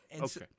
Okay